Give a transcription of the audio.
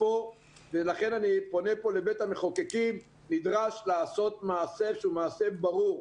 לכן אני פונה כאן לבית המחוקקים ואומר שנדרש לעשות מעשה שהוא מעשה ברור.